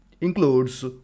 includes